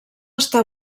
està